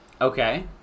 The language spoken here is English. Okay